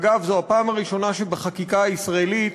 אגב, זו הפעם הראשונה שבחקיקה הישראלית